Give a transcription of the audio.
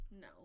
No